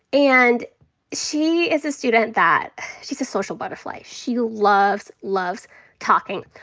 and she is a student that she's a social butterfly. she loves, loves talking,